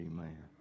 Amen